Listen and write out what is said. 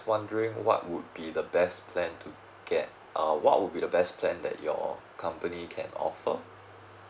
wondering what would be the best plan to get err what would be the best plan that your company can offer